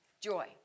Joy